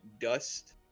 dust